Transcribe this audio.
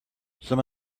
some